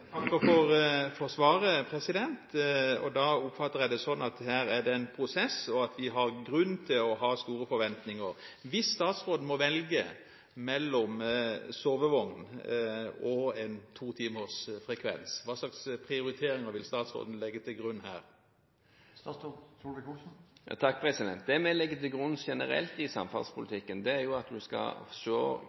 takker for svaret. Da oppfatter jeg det sånn at her er det en prosess, og at vi har grunn til å ha store forventninger. Hvis statsråden må velge mellom sovevogn og en to timers frekvens, hva slags prioriteringer vil statsråden legge til grunn? Det vi legger til grunn generelt i samferdselspolitikken, er at en skal